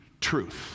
truth